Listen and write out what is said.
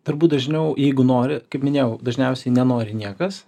turbūt dažniau jeigu nori kaip minėjau dažniausiai nenori niekas